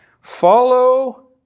Follow